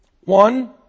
One